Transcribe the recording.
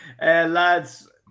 Lads